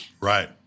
right